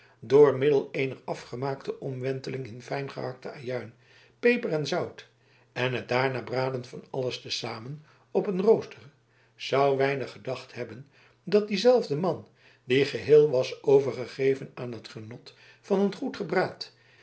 door middel eener voorafgemaakte omwenteling in fijngehakte ajuin peper en zout en het daarna braden van alles te zamen op een rooster zou weinig gedacht hebben dat diezelfde man die geheel was overgegeven aan het genot van een goed